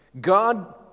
God